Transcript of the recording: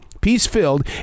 peace-filled